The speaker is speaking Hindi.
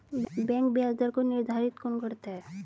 बैंक ब्याज दर को निर्धारित कौन करता है?